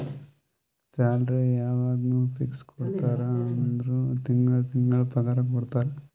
salary ಯವಾಗ್ನೂ fix ಕೊಡ್ತಾರ ಅಂದುರ್ ತಿಂಗಳಾ ತಿಂಗಳಾ ಪಗಾರ ಕೊಡ್ತಾರ